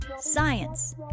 science